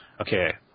Okay